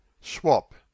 swap